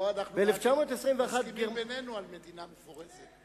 פה אנחנו רק מסכימים בינינו על מדינה מפורזת.